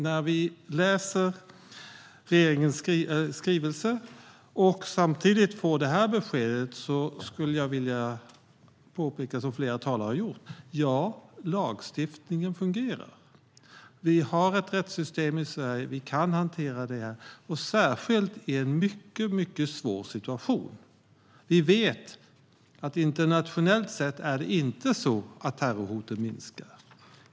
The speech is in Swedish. När vi läser regeringens skrivelse och samtidigt får det här beskedet skulle jag vilja påpeka, som flera talare har gjort, att lagstiftningen fungerar. Vi har ett rättssystem i Sverige. Vi kan hantera det, och särskilt i en mycket svår situation. Vi vet att internationellt sett är det inte så att terrorhoten minskar.